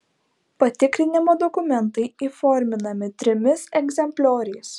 patikrinimo dokumentai įforminami trimis egzemplioriais